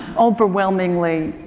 overwhelmingly,